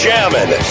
Jamming